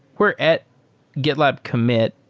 we're at gitlab commit,